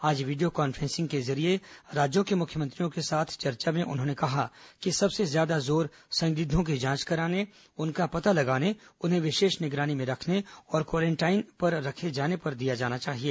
आज video conferencing के जरिये राज्यों के मुख्यमंत्रियों के साथ चर्चा में उन्होंने कहा कि सबसे ज्यादा जोर संदिग्धों की जांच कराने उनका पता लगाने उन्हें विशेष निगरानी में रखने और क्वारेंटाइन पर रखे जाने पर दिया जाना चाहिए